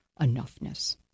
enoughness